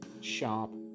sharp